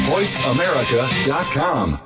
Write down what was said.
VoiceAmerica.com